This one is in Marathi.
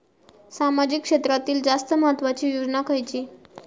सामाजिक क्षेत्रांतील जास्त महत्त्वाची योजना खयची?